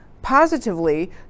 positively